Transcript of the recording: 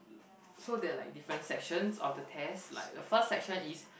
so there are like different sections of the test like the first section is